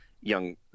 young